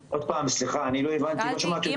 סליחה, לא שמעתי אותך.